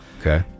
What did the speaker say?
Okay